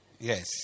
Yes